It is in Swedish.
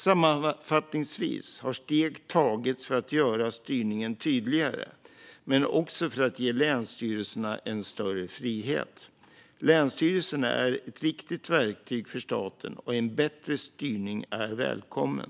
Sammanfattningsvis har steg tagits för att göra styrningen tydligare, men också för att ge länsstyrelserna större frihet. Länsstyrelserna är ett viktigt verktyg för staten, och en bättre styrning är välkommen.